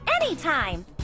Anytime